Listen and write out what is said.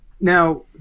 Now